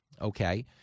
Okay